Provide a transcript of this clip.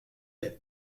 est